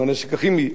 עם הנשק הכימי.